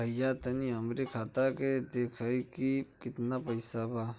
भईया तनि हमरे खाता में देखती की कितना पइसा बा?